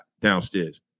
downstairs